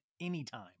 anytime